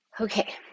Okay